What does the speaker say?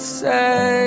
say